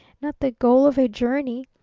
not the goal of a journey,